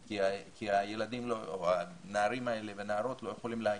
כי הנערים והנערות האלה לא יכולים להגיע.